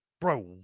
bro